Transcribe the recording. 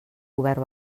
govern